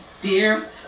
Dear